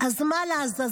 אז מה לעזאזל,